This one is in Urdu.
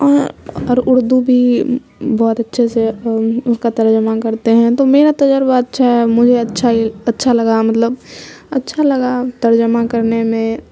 اور اور اردو بھی بہت اچھے سے اس کا ترجمہ کرتے ہیں تو میرا تجربہ اچھا ہے مجھے اچھا اچھا لگا مطلب اچھا لگا ترجمہ کرنے میں